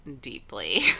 deeply